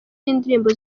y’indirimbo